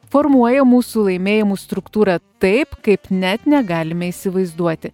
formuoja mūsų laimėjimų struktūrą taip kaip net negalime įsivaizduoti